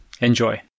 Enjoy